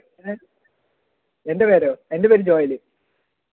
ഏ എൻ്റെ പേരോ എൻ്റെ പേര് ജോയല്